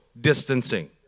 distancing